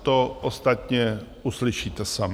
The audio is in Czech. To ostatně uslyšíte sami.